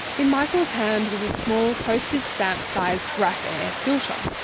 in michael's hand was a small postage stamp sized graphair filter.